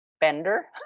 bender